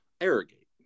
Arrogate